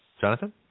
Jonathan